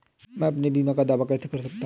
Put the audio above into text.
मैं अपने बीमा का दावा कैसे कर सकता हूँ?